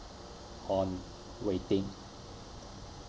on waiting